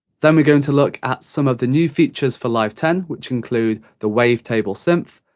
then we're going to look at some of the new features for live ten, which include the wavetable synth,